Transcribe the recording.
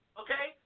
okay